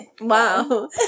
wow